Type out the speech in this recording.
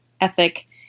ethic